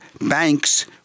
banks